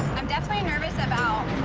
i'm definitely nervous about